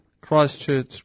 Christchurch